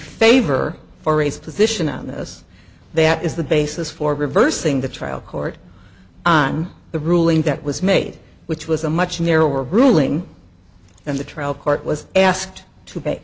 favor for race position on this that is the basis for reversing the trial court on the ruling that was made which was a much narrower ruling and the trial court was asked to pay